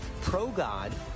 pro-God